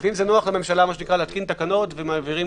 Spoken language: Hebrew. לפעמים נוח לממשלה להתקין תקנות שמעבירים